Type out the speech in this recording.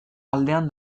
aldean